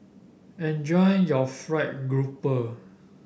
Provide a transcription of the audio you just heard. enjoy your fried grouper